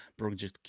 Project